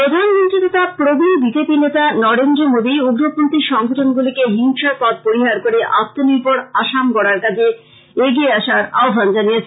প্রধানমন্ত্রী তথা প্রবীন বিজেপি নেতা নরেন্দ্র মোদি উগ্রপন্থী সংগঠনগুলিকে হিংসার পথ পরিহার করে আত্মনির্ভর আসাম গড়ার কাজে এগিয়ে আসার আহ্বান জানিয়েছেন